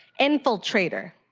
infiltrator.